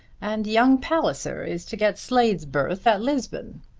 and young palliser is to get slade's berth at lisbon.